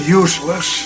useless